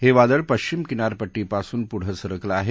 हे वादळ पश्चिम किनारपट्टीपासून पुढे सरकलं आहे